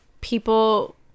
people